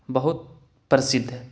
بہت پرسدھ ہے